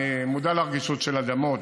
אני מודע לרגישות לאדמות.